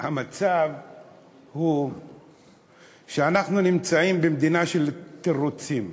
המצב הוא שאנחנו נמצאים במדינה של תירוצים,